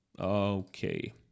Okay